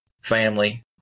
family